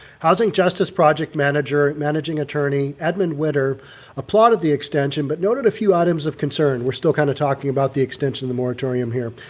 housing justice project manager managing attorney admin witter applauded the extension but noted a few items of concern. we're still kind of talking about the extension of the moratorium here,